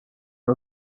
are